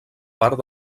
part